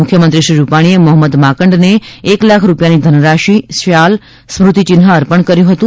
મુખ્યમંત્રી શ્રી રૂપાણીએ મોહમ્મદ માંકડને એક લાખ રૂપિયાની ધનરાશિ શાલ સ્મૃતિચિન્ઠ અર્પણ કર્યું હતું